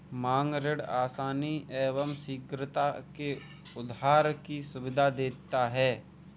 मांग ऋण आसानी एवं शीघ्रता से उधार की सुविधा देता है